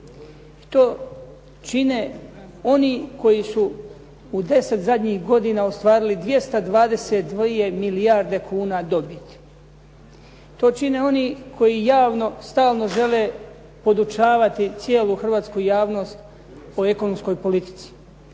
to čine oni koji su u deset zadnjih godina ostvarili 222 milijarde kuna dobiti. To čine oni koji javno stalno žele podučavati cijelu hrvatsku javnost o ekonomskoj politici